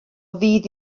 fudd